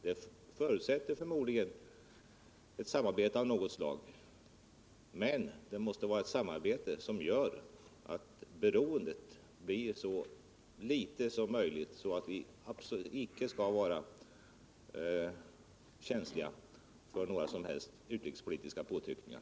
Det förutsätter förmodligen ett samarbete av något slag, som gör att beroendet blir så litet som möjligt så att vi inte skall vara känsliga för några som helst utrikespolitiska påtryckningar.